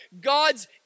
God's